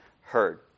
heard